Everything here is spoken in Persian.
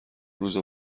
روزا